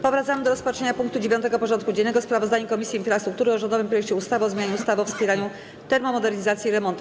Powracamy do rozpatrzenia punktu 9. porządku dziennego: Sprawozdanie Komisji Infrastruktury o rządowym projekcie ustawy o zmianie ustawy o wspieraniu termomodernizacji i remontów.